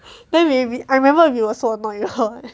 then we were I remember we were so annoyed